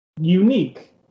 unique